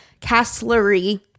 Castlery